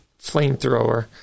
flamethrower